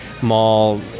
mall